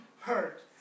hurt